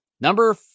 Number